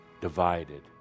divided –